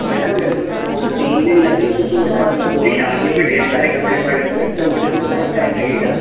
madam मेरे को दो से तीन दिन लगे क्योंकि मेरे पास लोगों की शादियों के ढेर सारे कपड़े पड़े हुए हैं तो मुझे उसमें बहुत टाइम लगेगा